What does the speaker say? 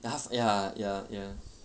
the half ya ya ya